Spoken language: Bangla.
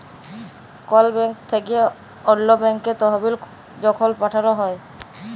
কল ব্যাংক থ্যাইকে অল্য ব্যাংকে তহবিল যখল পাঠাল হ্যয়